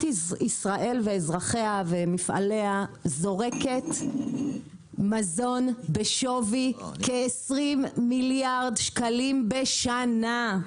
ישראל ואזרחיה ומפעליה זורקת מזון בשווי כ-20 מיליארד שקלים בשנה,